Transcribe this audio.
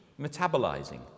metabolizing